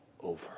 over